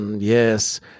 yes